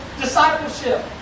discipleship